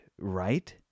right